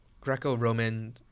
Greco-Roman